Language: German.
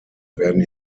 werden